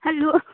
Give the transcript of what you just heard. hello